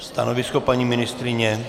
Stanovisko paní ministryně?